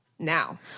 now